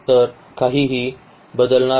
तर काहीही बदलणार नाही